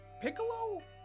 Piccolo